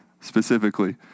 specifically